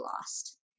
lost